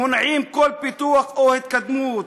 מונעים כל פיתוח או התקדמות,